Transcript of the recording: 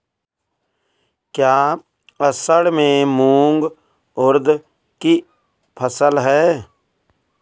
क्या असड़ में मूंग उर्द कि फसल है?